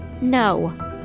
No